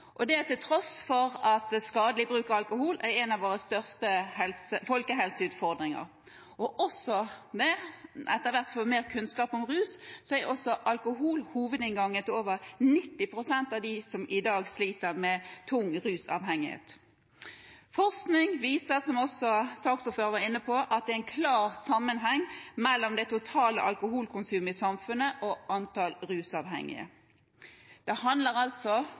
og det til tross for at skadelig bruk av alkohol er en av våre største folkehelseutfordringer. Etter hvert som vi får mer kunnskap om rus, vet vi at alkohol er hovedinngangen til over 90 pst. av dem som i dag sliter med tung rusavhengighet. Forskning viser, som også saksordføreren var inne på, at det er en klar sammenheng mellom det totale alkoholkonsumet i samfunnet og antallet rusavhengige. Det handler altså